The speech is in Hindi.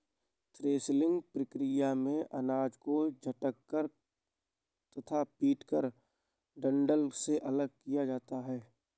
थ्रेसिंग प्रक्रिया में अनाज को झटक कर तथा पीटकर डंठल से अलग किया जाता है